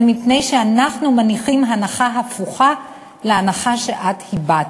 שאנחנו מניחים הנחה הפוכה להנחה שאת הבעת.